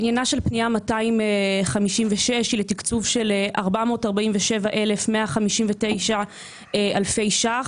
עניינה של פנייה מס' 256 הוא תקצוב של 447,159 אלפי ש"ח